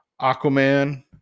Aquaman